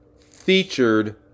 featured